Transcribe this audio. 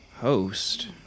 Host